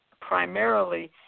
primarily